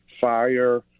fire